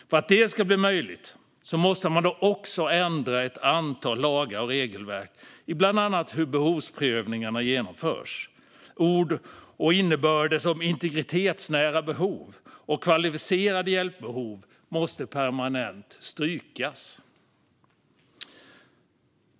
För att det ska bli möjligt måste man också ändra ett antal lagar och regelverk, bland annat när det gäller hur behovsprövningarna genomförs. Ord som integritetsnära behov och kvalificerade hjälpbehov måste permanent strykas.